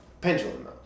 pendulum